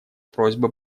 просьба